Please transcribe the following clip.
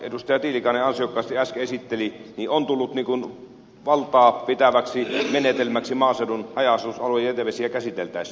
tiilikainen ansiokkaasti äsken esitteli on tullut valtaa pitäväksi menetelmäksi maaseudun haja asutusalueen jätevesiä käsiteltäessä